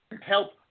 help